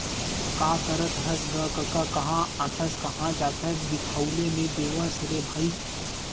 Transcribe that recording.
का करत हस गा कका काँहा आथस काँहा जाथस दिखउले नइ देवस रे भई?